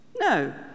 No